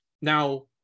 Now